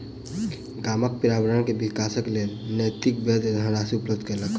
गामक पर्यावरण के विकासक लेल नैतिक बैंक धनराशि उपलब्ध केलक